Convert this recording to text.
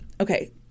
Okay